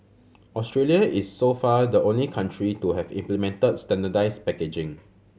Australia is so far the only country to have implemented standardised packaging